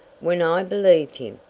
when i believed him,